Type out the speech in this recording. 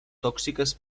tòxiques